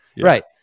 Right